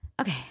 Okay